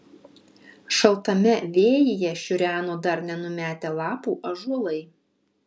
šaltame vėjyje šiureno dar nenumetę lapų ąžuolai